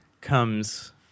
comes